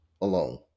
alone